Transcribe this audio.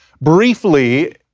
briefly